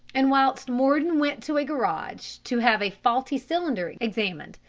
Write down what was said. and whilst mordon went to a garage to have a faulty cylinder examined,